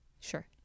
Sure